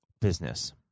business